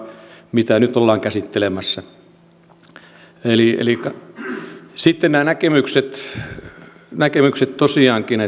mitä nyt ollaan käsittelemässä on jo huomattava parannus sitten nämä näkemykset näkemykset tosiaankin